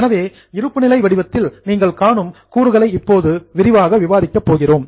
எனவே இருப்புநிலை வடிவத்தில் நீங்கள் காணும் எலிமெண்ட்ஸ் கூறுகளை இப்போது விரிவாக விவாதிக்கப் போகிறோம்